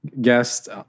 guest